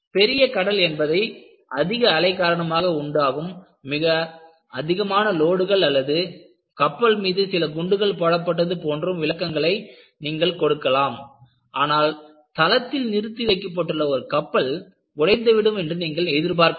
பெரிய கடல் என்பதை அதிக அலை காரணமாக உண்டாகும் மிக அதிகமான லோடுகள் அல்லது கப்பல் மீது சில குண்டுகள் போடப்பட்டது போன்றும் விளக்கங்களை நீங்கள் கொடுக்கலாம் ஆனால் தளத்தில் நிறுத்தி வைக்கப்பட்டுள்ள ஒரு கப்பல் உடைந்து விடும் என்று நீங்கள் எதிர்பார்க்கவில்லை